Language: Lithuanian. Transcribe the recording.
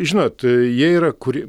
žinot jie yra kuri